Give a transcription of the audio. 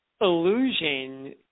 illusion